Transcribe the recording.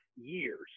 years